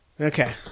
Okay